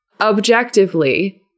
objectively